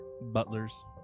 butlers